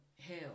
hell